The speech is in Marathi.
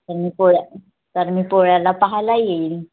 तर मी पोळ्या तर मी पोळ्याला पाहायला येईल